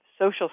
social